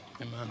Amen